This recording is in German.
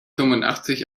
fünfundachtzig